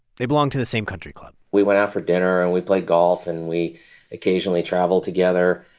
they belonged to the same country club we went out for dinner, and we played golf. and we occasionally traveled together.